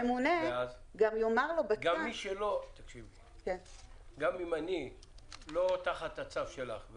הממונה גם יאמר לו --- גם אם אני לא תחת הצו שלך,